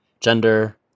gender